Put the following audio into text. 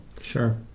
Sure